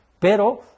pero